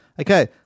okay